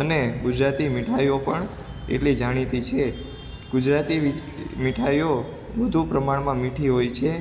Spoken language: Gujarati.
અને ગુજરાતી મીઠાઈઓ પણ એટલી જાણીતી છે ગુજરાતી મીઠાઈઓ વધુ પ્રમાણમાં મીઠી હોય છે